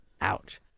Ouch